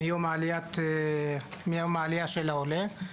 מיום העלייה של העולה.